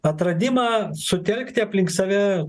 atradimą sutelkti aplink save